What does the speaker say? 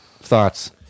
thoughts